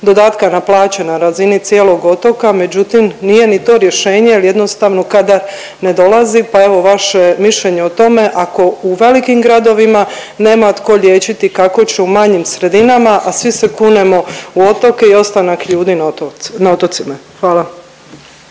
dodatka na plaće na razini cijelog otoka, međutim nije ni to rješenje jer jednostavno kada ne dolazi pa evo vaše mišljenje o tome ako u velikim gradovima nema tko liječiti kako će u manjim sredinama, a svi se kunemo u otoke i ostanak ljudi na otocima. Hvala.